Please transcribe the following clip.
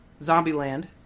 Zombieland